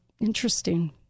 interesting